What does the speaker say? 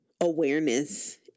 awareness